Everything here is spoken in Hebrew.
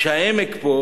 שהעמק פה